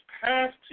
passed